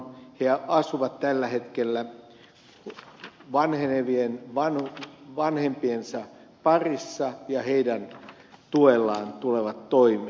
he asuvat tällä hetkellä vanhenevien vanhempiensa parissa ja heidän tuellaan tulevat toimeen